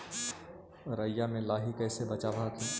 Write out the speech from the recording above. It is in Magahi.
राईया के लाहि कैसे बचाब हखिन?